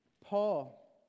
Paul